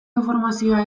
informazioa